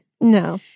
No